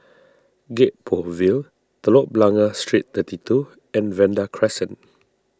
Gek Poh Ville Telok Blangah Street thirty two and Vanda Crescent